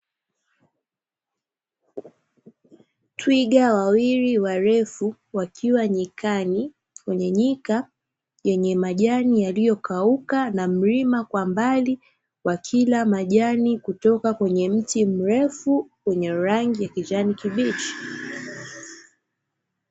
Twiga wawili warefu, wakiwa nyikani kwenye nyika yenye majani yaliyokauka na mlima kwa mbali, wakila majani kutoka kwenye mti mrefu wenye rangi ya kijani kibichi.